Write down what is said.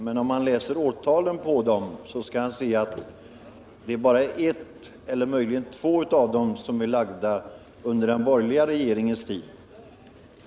Men om man läser årtalen för dem så skall man se att det bara är en av dem, eller möjligen två, som är framlagd under den borgerliga regeringens tid.